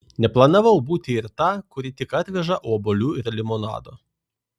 neplanavau būti ir ta kuri tik atveža obuolių ir limonado